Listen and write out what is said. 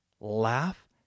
laugh